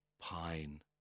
pine